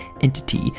entity